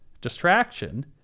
distraction